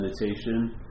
meditation